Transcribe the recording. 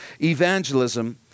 evangelism